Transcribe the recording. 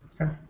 Okay